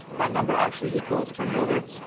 that number actually equals turn it over.